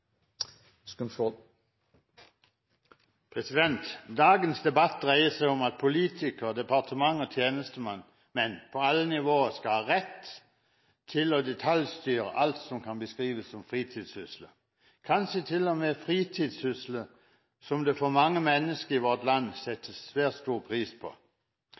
minutter. Dagens debatt dreier seg om at politikere, departement og tjenestemenn på alle nivåer skal ha rett til å detaljstyre alt som kan beskrives som fritidssysler, kanskje til og med fritidssysler som mange mennesker i vårt land setter svært stor pris på.